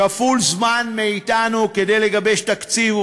כפול זמן מאתנו, כדי לגבש תקציב.